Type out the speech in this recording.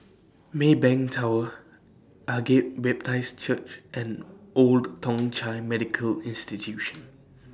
Maybank Tower Agape Baptist Church and Old Thong Chai Medical Institution